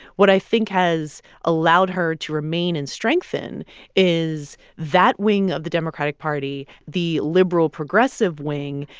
what i think has allowed her to remain and strengthen is that wing of the democratic party, the liberal, progressive wing,